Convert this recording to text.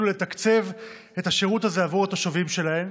ולתקצב את השירות הזה עבור התושבים שלהן,